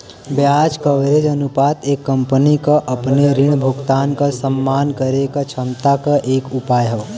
ब्याज कवरेज अनुपात एक कंपनी क अपने ऋण भुगतान क सम्मान करे क क्षमता क एक उपाय हौ